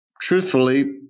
Truthfully